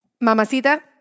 Mamacita